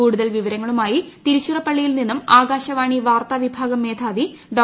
കൂടുതൽ വിവരങ്ങളുമായി തിരുച്ചിറപ്പള്ളിയിൽനിന്നും ആകാശവാണി വാർത്താ വിഭാഗം മേധാവി ഡോ